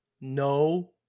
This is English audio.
No